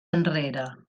enrere